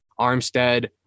Armstead